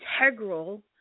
integral